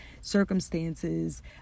circumstances